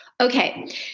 Okay